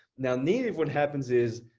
now native, what happens is,